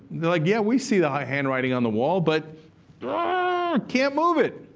they're like, yeah, we see the handwriting on the wall, but ah can't move it.